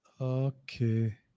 Okay